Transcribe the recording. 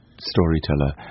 storyteller